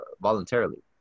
voluntarily